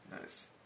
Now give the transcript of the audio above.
Nice